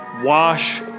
Wash